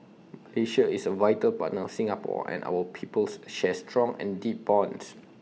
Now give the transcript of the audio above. Malaysia is A vital partner of Singapore and our peoples share strong and deep bonds